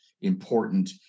important